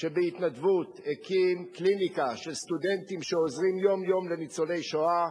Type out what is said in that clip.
שבהתנדבות הקים קליניקה של סטודנטים שעוזרים יום-יום לניצולי השואה,